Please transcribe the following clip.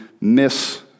miss